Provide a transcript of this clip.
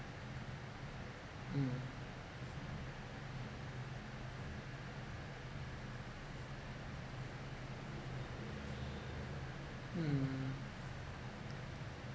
mm mm